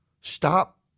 Stop